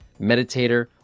meditator